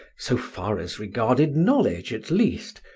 so far as regarded knowledge at least,